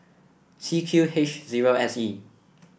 C Q H zero S E